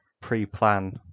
pre-plan